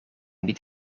niet